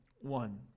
one